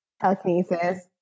telekinesis